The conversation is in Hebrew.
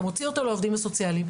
אתה מוציא אותו לעובדים הסוציאליים,